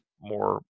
more